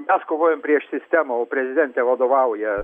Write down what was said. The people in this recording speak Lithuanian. mes kovojom prieš sistemą o prezidentė vadovauja